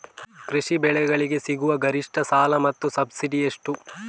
ಕೃಷಿ ಬೆಳೆಗಳಿಗೆ ಸಿಗುವ ಗರಿಷ್ಟ ಸಾಲ ಮತ್ತು ಸಬ್ಸಿಡಿ ಎಷ್ಟು?